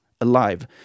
alive